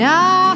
Now